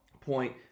point